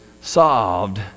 solved